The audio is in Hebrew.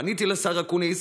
פניתי לשר אקוניס,